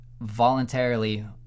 voluntarily